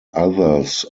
others